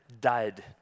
died